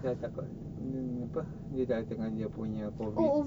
dah takut apa dia tengah dia punya COVID